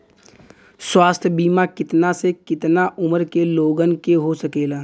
स्वास्थ्य बीमा कितना से कितना उमर के लोगन के हो सकेला?